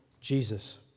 Jesus